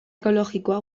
ekologikoa